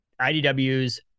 IDW's